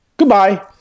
goodbye